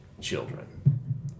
children